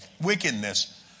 wickedness